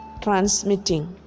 transmitting